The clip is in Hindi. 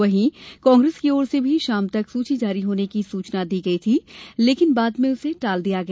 वहीं कांग्रेस की और से भी शाम तक सूची जारी होने की सूचना दी गई थी लेकिन बाद में उसे टाल दिया गया